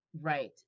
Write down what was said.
Right